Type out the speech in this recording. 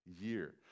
year